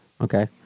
Okay